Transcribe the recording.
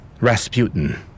Rasputin